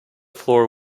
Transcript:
floor